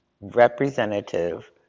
representative